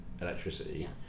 electricity